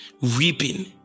weeping